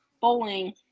bowling